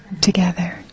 Together